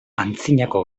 antzinako